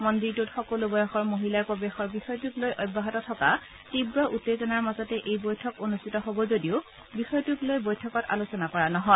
মন্দিৰটোত সকলো বয়সৰ মহিলাৰ প্ৰৱেশৰ বিষয়টোক লৈ অব্যাহত থকা তীৱ উত্তেজনাৰ মাজতে এই বৈঠক অনুষ্ঠিত হব যদিও বিষয়টোক লৈ বৈঠকত আলোচনা কৰা নহয়